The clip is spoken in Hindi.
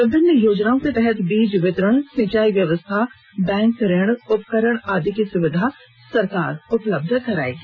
विभिन्न योजनाओं के तहत बीज वितरण सिंचाई व्यवस्था बैंक ऋण उपकरण आदि की सुविधा सरकार उपलब्ध करायेगी